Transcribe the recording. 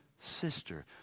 sister